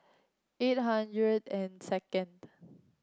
eight hundred and second